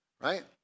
Right